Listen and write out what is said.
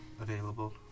available